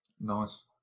nice